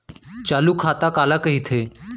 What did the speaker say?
चालू खाता काला कहिथे?